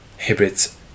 hybrids